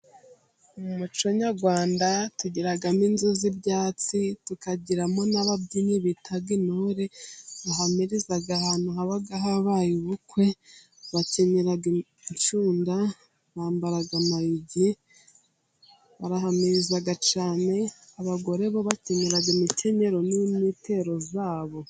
Mu muco nyarwanda tugiragamo inzu z'ibyatsi, tukagiramo n'ababyinnyi bita intore, bahamiriza ahantu haba habaye ubukwe, bakenenyera incunda, bambara amayugi, barahamiriza cyane abagore bo bakenyera imikenyero n'imyitero yabo.